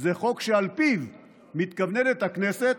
זה חוק שעל פיו מתכווננת הכנסת,